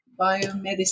biomedicine